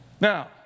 Now